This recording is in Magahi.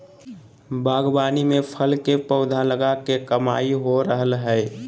बागवानी में फल के पौधा लगा के कमाई हो रहल हई